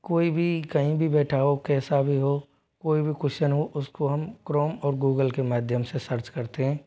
कोई भी कहीं भी बैठा हो कैसा भी हो कोई भी कुश्चन हो उसको हम क्रोम और गूगल के माध्यम से सर्च करते हैं